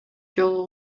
жолу